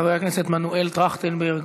חבר הכנסת מנואל טרכטנברג,